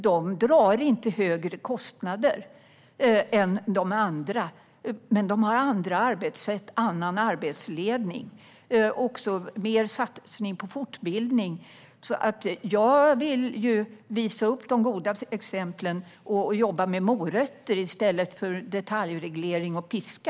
De drar inte högre kostnader än de andra äldreboendena, men de har andra arbetssätt och annan arbetsledning. De satsar också mer på fortbildning. Jag vill visa upp de goda exemplen och jobba med morötter i stället för detaljreglering och piska.